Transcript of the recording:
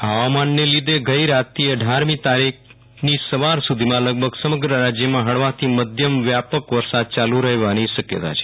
આ હવામાન ને લીધે ગઈ રાત થી અઢારમી તારીખની સવાર સુધીમાં લગભગ સમગ્ર રાજ્યમાં હળવાથી માધ્યમ વ્યાપક વરસાદ યાલુ રહેવાની શક્યતા છે